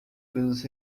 pelos